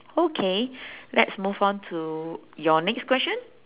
okay let's move on to your next question